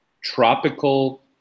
tropical